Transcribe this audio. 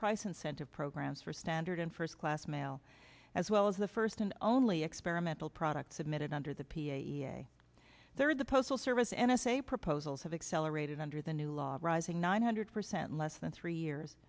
price incentive programs for standard first class mail as well as the first and only experimental product submitted under the p a third the postal service n s a proposals have accelerated under the new law rising nine hundred percent less than three years